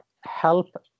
help